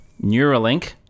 Neuralink